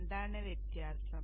എന്താണ് വ്യത്യാസം